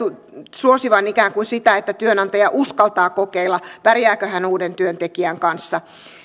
suosivan ikään kuin sitä että työnantaja uskaltaa kokeilla pärjääkö hän uuden työntekijän kanssa